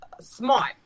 smart